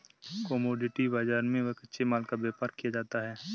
commodity बाजार में कच्चे माल का व्यापार किया जाता है